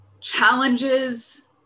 challenges